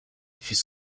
fait